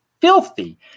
filthy